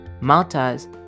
Malta's